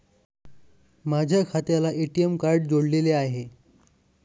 माझ्या खात्याला ATM card जोडलेले आहे